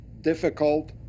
difficult